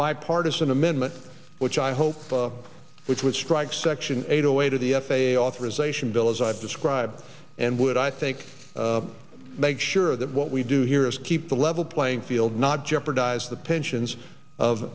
bipartisan amendment which i hope which would strike section eight zero eight of the f a a authorization bill as i've described and would i think make sure that what we do here is keep the level playing field not jeopardize the pensions of